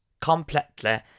completely